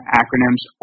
acronyms